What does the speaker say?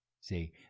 See